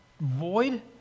void